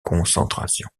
concentration